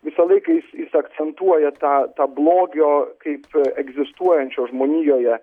visą laiką jis jis akcentuoja tą tą blogio kaip egzistuojančio žmonijoje